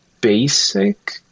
basic